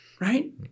Right